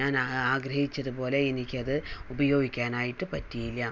ഞാനാഗ്രഹിച്ചത് പോലെ എനിക്കത് ഉപയോഗിക്കാനായിട്ട് പറ്റിയില്ല